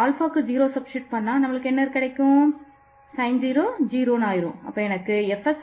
ஆகவே நமக்கு கிடைப்பது ddαFs20e axcos αx